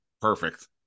perfect